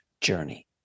journey